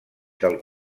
del